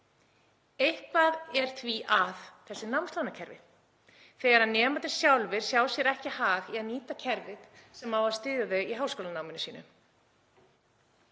Eitthvað er því að þessu námslánakerfi þegar nemendur sjálfir sjá sér ekki hag í að nýta kerfið sem á að styðja þá í háskólanáminu.